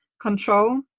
control